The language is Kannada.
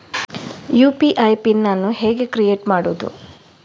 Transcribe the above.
ಯು.ಪಿ.ಐ ಪಿನ್ ಅನ್ನು ಹೇಗೆ ಕ್ರಿಯೇಟ್ ಮಾಡುದು?